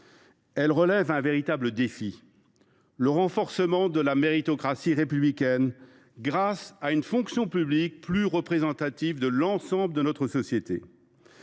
elle relève un véritable défi, celui du renforcement de la méritocratie républicaine par l’édification d’une fonction publique plus représentative de l’ensemble de notre société.